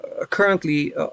currently